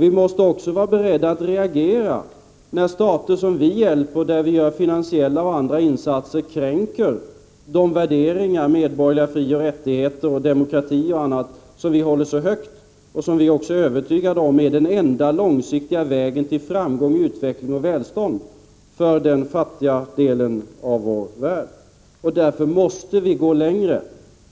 Vi måste också vara beredda att reagera när stater som vi hjälper med finansiella och andra insatser anser att vi kränker de värderingar, de medborgerliga frioch rättigheter samt den demokrati som vi håller så högt och som vi är övertygade om är den enda långsiktiga vägen till framgång, utveckling och välstånd för den fattiga delen av vår värld. Därför måste vi gå längre